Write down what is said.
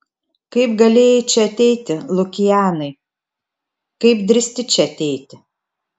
kaip galėjai čia ateiti lukianai kaip drįsti čia ateiti